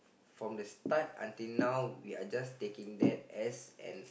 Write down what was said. from the start until now we're just taking that as an